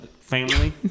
family